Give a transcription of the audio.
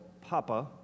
Papa